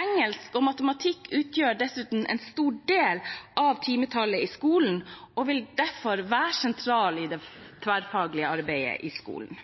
Engelsk og matematikk utgjør dessuten en stor del av timetallet i skolen og vil derfor stå sentralt i det tverrfaglige arbeidet i skolen.